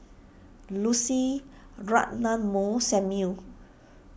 Lucy Ratnammah Samuel